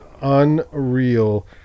unreal